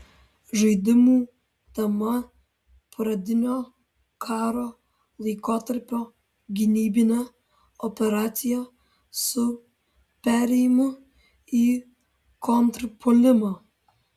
žaidimų tema pradinio karo laikotarpio gynybinė operacija su perėjimu į kontrpuolimą